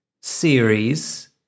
series